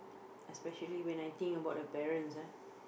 especially when I think about the parents ah